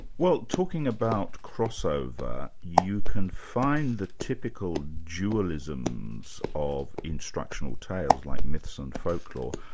well talking about crossover, you can find the typical dualisms of instructional tales like myths and folklore,